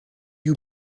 you